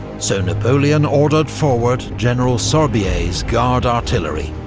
so napoleon ordered forward general sorbier's guard artillery.